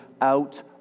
out